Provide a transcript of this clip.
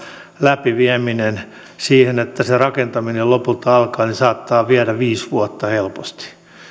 läpivieminen siihen että se rakentaminen lopulta alkaa saattaa viedä viisi vuotta helposti kyllä